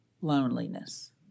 loneliness